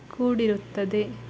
ಕೂಡಿರುತ್ತದೆ